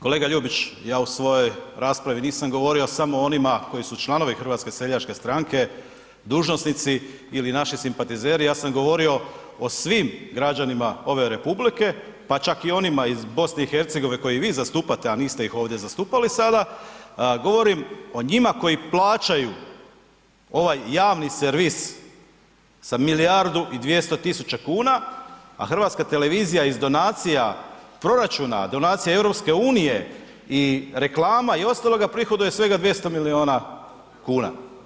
Kolega Ljubić, ja u svojoj raspravi nisam govorio samo o onima koji su članovi HSS-a, dužnosnici ili naši simpatizeri, ja sam govorio o svim građanima ove republike pa čak i onima iz BiH-a koje i vi zastupate a niste ih ovdje zastupali sada, govorimo o njima koji plaćaju ovaj javni servis sa milijardu i 200 0000 kuna a HRT iz donacija proračuna, donacija EU-a i reklama i ostalog, prihoduje svega 200 milijuna kuna.